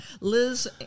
Liz